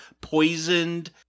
poisoned